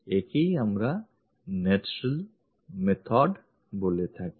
একেই আমরা natural method বলে থাকি